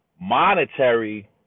monetary